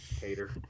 Hater